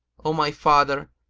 o my father,